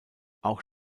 auch